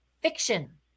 fiction